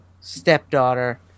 stepdaughter